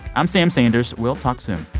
i'm sam sanders. we'll talk soon